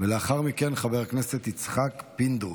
לאחר מכן, חבר הכנסת יצחק פינדרוס.